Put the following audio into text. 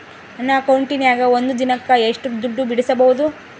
ನನ್ನ ಅಕೌಂಟಿನ್ಯಾಗ ಒಂದು ದಿನಕ್ಕ ಎಷ್ಟು ದುಡ್ಡು ಬಿಡಿಸಬಹುದು?